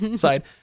side